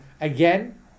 Again